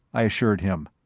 i assured him,